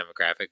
demographic